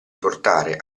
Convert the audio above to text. portare